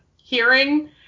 hearing